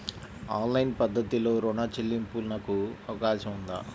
Online పద్ధతిలో రుణ చెల్లింపునకు అవకాశం ఉందా?